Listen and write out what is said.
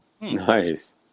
Nice